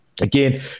Again